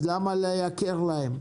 אז למה לייקר להם?